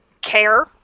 care